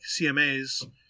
CMAs